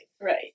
Right